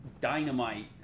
dynamite